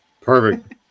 Perfect